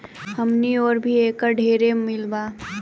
हमनी ओर भी एकर ढेरे मील बा